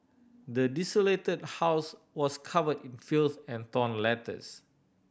the desolated house was covered in filth and torn letters